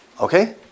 Okay